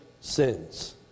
sins